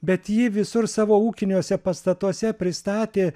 bet ji visur savo ūkiniuose pastatuose pristatė